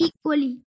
equally